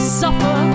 suffer